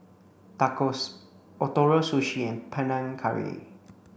Tacos Ootoro Sushi and Panang Curry